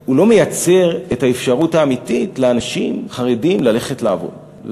הוא לא מייצר את האפשרות האמיתית לאנשים חרדים ללכת לעבוד.